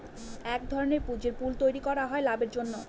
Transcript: এক ধরনের পুঁজির পুল তৈরী করা হয় লাভের জন্য